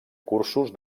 cursos